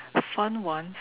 a fun one